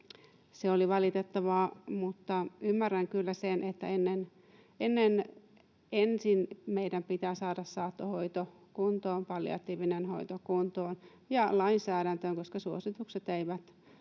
Se oli valitettavaa, mutta ymmärrän kyllä sen, että ensin meidän pitää saada saattohoito kuntoon, palliatiivinen hoito kuntoon ja lainsäädäntöön, koska suositukset eivät